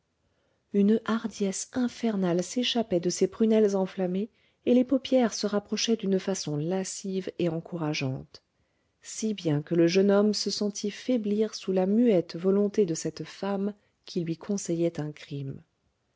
une hardiesse infernale s'échappait de ses prunelles enflammées et les paupières se rapprochaient d'une façon lascive et encourageante si bien que le jeune homme se sentit faiblir sous la muette volonté de cette femme qui lui conseillait un crime